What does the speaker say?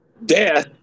Death